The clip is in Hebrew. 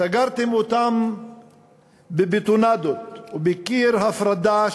סגרתם אותם בבטונדות ובקיר הפרדה,